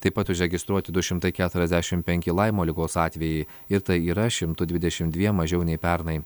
taip pat užregistruoti du šimtai keturiasdešim penki laimo ligos atvejai ir tai yra šimtu dvidešim dviem mažiau nei pernai